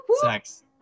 Sex